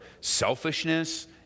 Selfishness